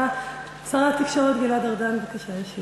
שר התקשורת גלעד ארדן, בבקשה, ישיב.